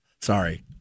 Sorry